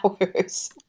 hours